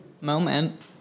moment